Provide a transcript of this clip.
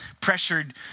pressured